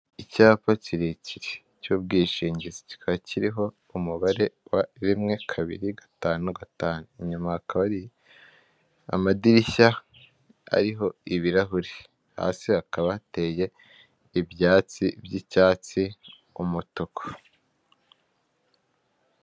Icyapa kirekire cy'ubwishingizi kikaba kiriho umubare wa rimwe kabiri gatanu gatanu, inyuma hakaba hari amadirishya ariho ibirahure hasi hakaba hateye ibyatsi by'icyatsi n'umutuku.